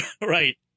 Right